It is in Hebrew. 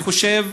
אני חושב